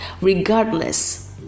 regardless